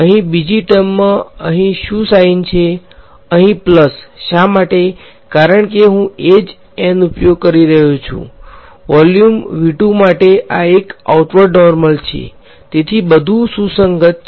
અહીં બીજી ટર્મમાં અહીં શું સાઇન છે અહીં પ્લસ શા માટે કારણે કે હું એજ ઉપયોગ કરી રહ્યો છું વોલ્યુમ માટે આ એક આઉટવર્ડ નોર્મલ છે તેથી બધું સુસંગત છે